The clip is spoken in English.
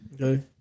Okay